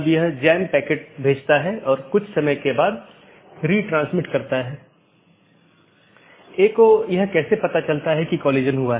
यह एक शब्दावली है या AS पाथ सूची की एक अवधारणा है